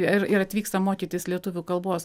ir ir atvyksta mokytis lietuvių kalbos